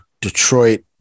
Detroit